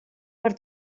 per